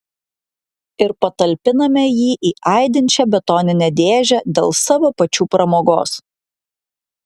ir patalpiname jį į aidinčią betoninę dėžę dėl savo pačių pramogos